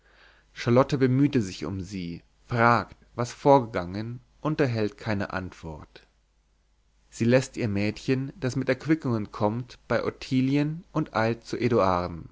charlotte bemüht sich um sie fragt was vorgegangen und erhält keine antwort sie läßt ihr mädchen das mit erquickungen kommt bei ottilien und eilt zu